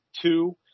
two